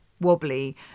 wobbly